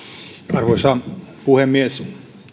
arvoisa puhemies